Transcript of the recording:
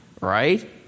right